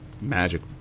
magic